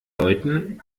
leuten